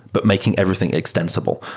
but making everything extensible.